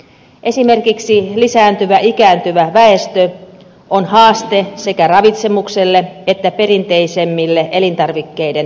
esimerkiksi lisääntyvä ikääntyvä väestö on haaste sekä ravitsemukselle että perinteisemmille elintarvikkeiden turvallisuusriskeille